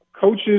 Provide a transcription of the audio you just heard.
coaches